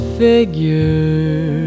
figure